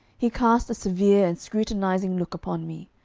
he cast a severe and scrutinising look upon me.